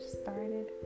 started